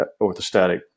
orthostatic